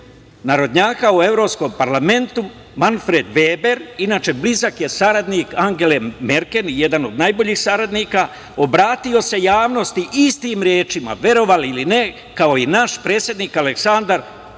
narodnjaka u Evropskom parlamentu Manfred Veber, inače blizak saradnik Angele Merkel, jedan od najboljih saradnika, obratio se javnosti istim rečima, verovali ili ne, kao i naš predsednik Aleksandar Vučić,